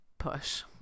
push